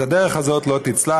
הדרך הזאת לא תצלח,